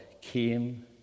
came